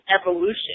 evolution